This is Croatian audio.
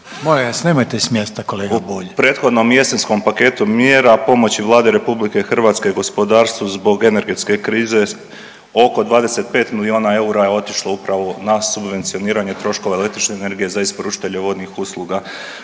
Molim vas nemojte s mjesta kolega Bulj!/… U prethodnom jesenskom paketu mjera pomoći Vladi Republike Hrvatske, gospodarstvu zbog energetske krize oko 25 milijuna eura je otišlo upravo na subvencioniranje troškova električne energije za isporučitelje vodnih usluga